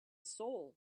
soul